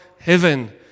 heaven